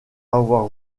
avoir